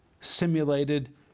simulated